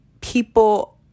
people